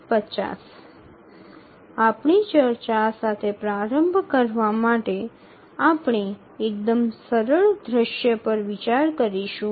আমাদের আলোচনা শুরু করার জন্য আমরা সবচেয়ে সহজ দৃশ্যের বিষয়টি বিবেচনা করব